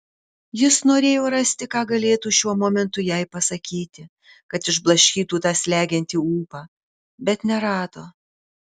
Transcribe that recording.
jis norėjo rasti ką galėtų šiuo momentu jai pasakyti kad išblaškytų tą slegiantį ūpą bet nerado